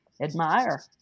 admire